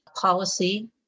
policy